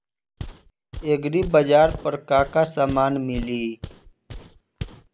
एग्रीबाजार पर का का समान मिली?